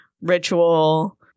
ritual